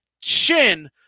chin